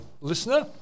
listener